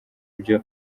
byo